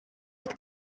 oed